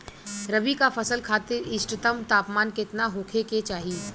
रबी क फसल खातिर इष्टतम तापमान केतना होखे के चाही?